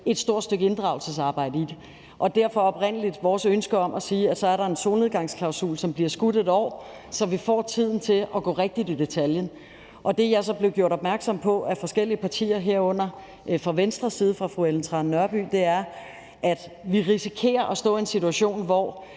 et stort stykke inddragelsesarbejde i det. Der var oprindelig vores ønske om at sige, at der er en solnedgangsklausul, som bliver skudt 1 år, så vi får tiden til at gå rigtig ned i detaljen. Det, jeg så blev gjort opmærksom på af forskellige partier, herunder af Venstre og fru Ellen Trane Nørby, er, at vi risikerer at stå i en situation, hvor